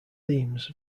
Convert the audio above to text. themes